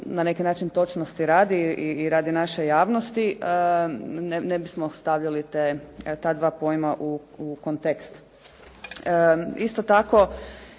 na neki način točnosti radi i naše javnosti ne bismo stavljali ta dva pojma u kontekst. Isto tako,